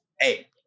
hey